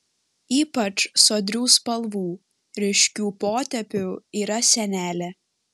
ypač sodrių spalvų ryškių potėpių yra senelė